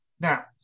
Now